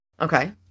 Okay